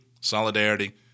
solidarity